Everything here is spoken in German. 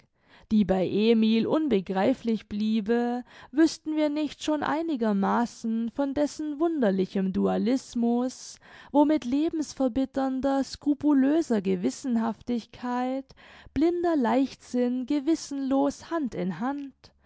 die bei emil unbegreiflich bliebe wüßten wir nicht schon einigermaßen von dessen wunderlichem dualismus wo mit lebenverbitternder scrupulöser gewissenhaftigkeit blinder leichtsinn gewissenlos hand in hand